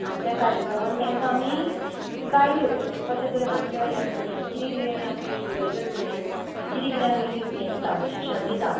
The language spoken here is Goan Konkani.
आनी त्या कार्यक्रमान तेंकां आमी गायड करतलीं म्हणजे कशे तरेन आमच्या ह्या स्कुलान कितें कितें आमी एग्रिकलचर रिलेटेड किदें किदें आमी हें दिता शिक्षण दिता